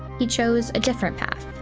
he chose a different path.